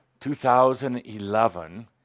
2011